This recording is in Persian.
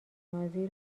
نازی